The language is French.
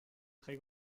très